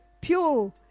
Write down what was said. pure